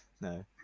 No